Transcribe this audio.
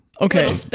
Okay